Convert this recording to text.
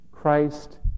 Christ